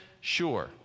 sure